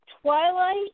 Twilight